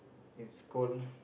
it's cold